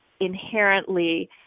inherently